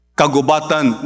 kagubatan